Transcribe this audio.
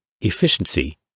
efficiency